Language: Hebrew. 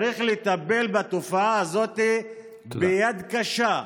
צריך לטפל בתופעה הזו ביד קשה.